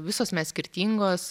visos mes skirtingos